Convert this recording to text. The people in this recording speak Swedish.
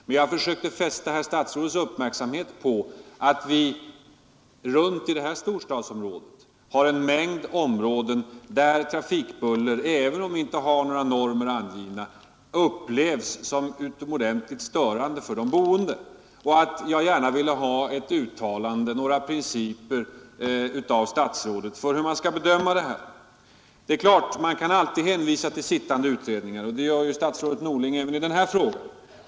Men jag försökte fästa herr statsrådets uppmärksamhet på att vi runt omkring i det här storstadsområdet har en mängd områden där trafikbuller, även om det inte finns normer angivna, upplevs som utomordentligt störande för de boende. Och jag ville alltså ha ett uttalande, ett angivande av några principer, av statsrådet beträffande hur man skall bedöma det här. Man kan alltid hänvisa till sittande utredningar, och det gör statsrådet Norling även i den här frågan.